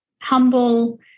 humble